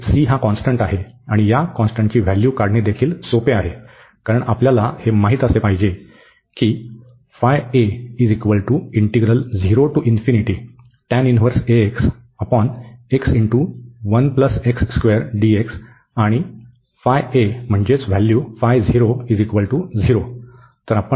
परंतु या कॉन्स्टंटची व्हॅल्यू काढणे देखील सोपे आहे कारण आपल्याला हे माहित असले पाहिजे की आणि म्हणजे व्हॅल्यू